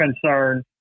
concern